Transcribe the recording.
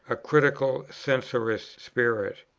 a critical, censorious spirit.